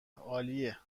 عالیه